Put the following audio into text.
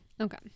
okay